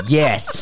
yes